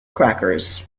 crackers